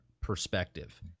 perspective